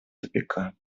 тупика